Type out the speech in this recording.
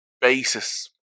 Basis